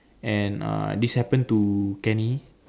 and uh this happened to Kenny